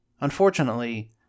Unfortunately